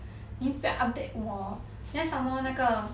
你又不要 update 我 then some more 那个